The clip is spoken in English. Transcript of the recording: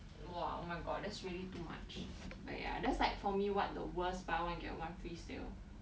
!wah! oh my god that's really too much but ya that's like for me what the worst buy one get one free sale